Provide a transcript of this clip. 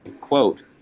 quote